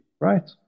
right